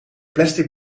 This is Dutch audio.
plastic